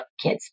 kids